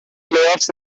playoffs